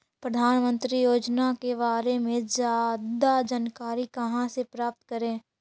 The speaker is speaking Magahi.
प्रधानमंत्री योजना के बारे में जादा जानकारी कहा से प्राप्त करे?